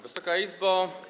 Wysoka Izbo!